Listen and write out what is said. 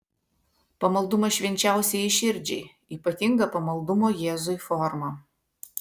pamaldumas švenčiausiajai širdžiai ypatinga pamaldumo jėzui forma